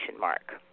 mark